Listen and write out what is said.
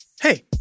Hey